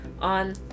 on